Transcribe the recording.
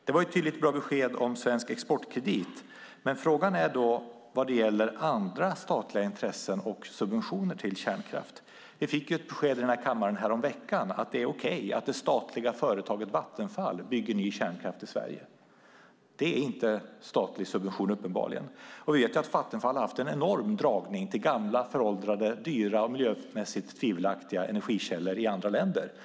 Det var ett tydligt och bra besked om Svensk Exportkredit. Men frågan är vad som gäller för andra statliga intressen i och subventioner av kärnkraft. Vi fick ett besked i den här kammaren häromveckan att det är okej att det statliga företaget Vattenfall bygger ny kärnkraft i Sverige. Det är uppenbarligen inte statlig subvention. Vi vet att Vattenfall har haft en enorm dragning till gamla, föråldrade, dyra och miljömässigt tvivelaktiga energikällor i andra länder.